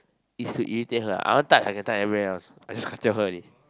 it's to irritate her I want touch I can touch everywhere else I just kacau her only